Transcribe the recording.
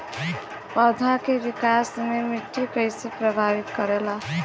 पौधा के विकास मे मिट्टी कइसे प्रभावित करेला?